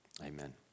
Amen